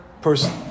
person